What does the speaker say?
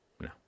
No